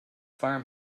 farm